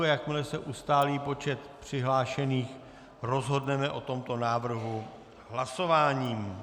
Jakmile se ustálí počet přihlášených, rozhodneme o tomto návrhu hlasováním.